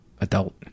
adult